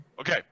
okay